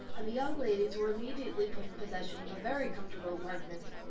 and the young ladies were immediately put in possession of a very comfortable apartment.